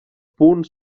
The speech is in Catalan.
punt